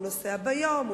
הוא נוסע ביום,